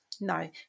no